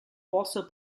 also